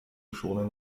schonen